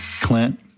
clint